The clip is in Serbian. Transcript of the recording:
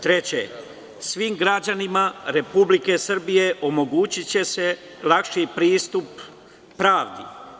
Treće, svim građanima Republike Srbije omogućiće se lakši pristup pravdi.